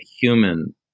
human